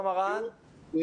אני